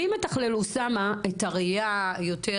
מי מתכלל את הראיה היותר?